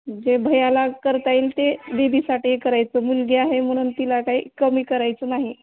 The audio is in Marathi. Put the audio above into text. जे भैयाला करता येईल ते दीदीसाठीही करायचं मुलगी आहे म्हणून तिला काही कमी करायचं नाही